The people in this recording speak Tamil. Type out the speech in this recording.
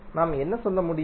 நாம் என்ன சொல்ல முடியும்